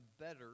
better